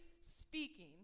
speaking